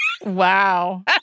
Wow